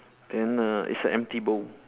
then err it's an empty bowl